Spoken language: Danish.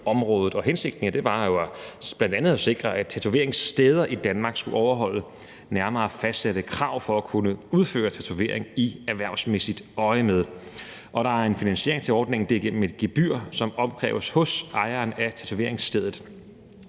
tatovørområdet. Hensigten var jo bl.a. at sikre, at tatoveringssteder i Danmark skulle overholde nærmere fastsatte krav for at kunne udføre tatovering i erhvervsmæssigt øjemed. Der er en finansiering til ordningen, og det er gennem et gebyr, som opkræves hos ejeren af tatoveringsstedet.